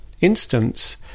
instance